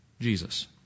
Jesus